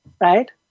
Right